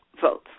votes